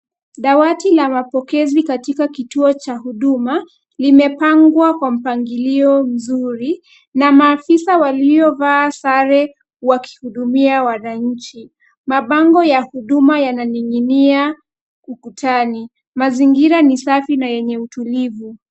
Dawati la mapokezi katika kituo cha huduma. Limepangwa kwa mpangilio mzuri na maafisa waliovaa sare wakihudumia wananchi. Mabango ya huduma yananing'inia ukutani. Mazingira ni safi na yenye utulivu.